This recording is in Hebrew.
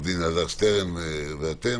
עו"ד אלעזר שטרן ואתם,